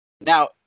Now